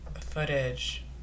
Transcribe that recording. footage